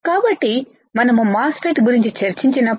కాబట్టి మనము MOSFET గురించి చర్చించినప్పుడు